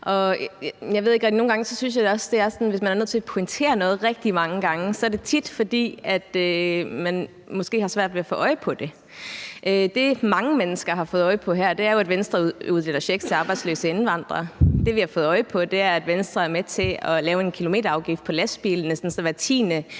mange gange, måske så er, fordi man har svært ved at få øje på det. Det, som mange mennesker har fået øje på her, er jo, at Venstre uddeler checks til arbejdsløse indvandrere. Det, som vi har fået øje på, er, at Venstre er med til at lave en kilometerafgift på lastbilerne,